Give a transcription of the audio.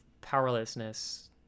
powerlessness